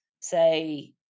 say